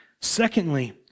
Secondly